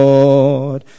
Lord